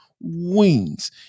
wings